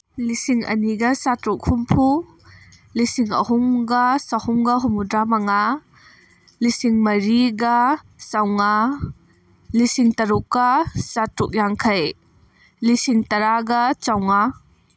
ꯂꯤꯁꯤꯡ ꯑꯅꯤꯒ ꯆꯥꯇ꯭ꯔꯨꯛ ꯍꯨꯝꯐꯨ ꯂꯤꯁꯤꯡ ꯑꯍꯨꯝꯒ ꯆꯍꯨꯝꯒ ꯍꯨꯝꯐꯨꯗ꯭ꯔꯥ ꯃꯉꯥ ꯂꯤꯁꯤꯡ ꯃꯔꯤꯒ ꯆꯥꯝꯃꯉꯥ ꯂꯤꯁꯤꯡ ꯇꯔꯨꯛꯀ ꯆꯥꯇ꯭ꯔꯨꯛ ꯌꯥꯡꯈꯩ ꯂꯤꯁꯤꯡ ꯇꯔꯥꯒ ꯆꯥꯝꯃꯉꯥ